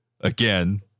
Again